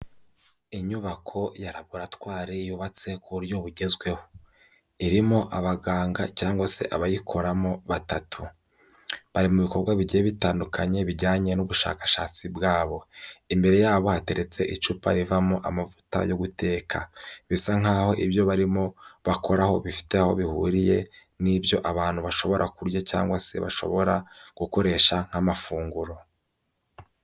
Inyubako ya Laboratwari yubatse ku buryo bugezweho, irimo abaganga cyangwag se abayikoramo batatu, bari mu bikorwa bigiye bitandukanye bijyanye n'ubushakashatsi bwabo, imbere yabo hateretse icupa rivamo amavuta yo guteka, bisa nkaho ibyo barimo bakoraho bifite aho bihuriye n'ibyo abantu bashobora kurya cyangwa se bashobora gukoresha nk'amafunguro.